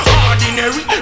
ordinary